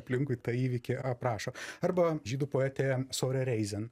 aplinkui tą įvykį aprašo arba žydų poetė sorereizen